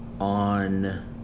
on